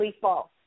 false